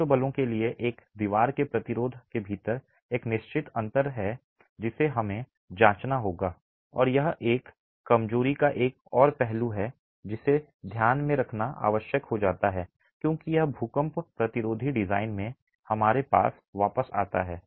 पार्श्व बलों के लिए एक दीवार के प्रतिरोध के भीतर एक निश्चित अंतर है जिसे हमें जांचना होगा और यह कमजोरी का एक और पहलू है जिसे ध्यान में रखना आवश्यक हो जाता है क्योंकि यह भूकंप प्रतिरोधी डिजाइन में हमारे पास वापस आता रहता है